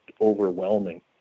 overwhelming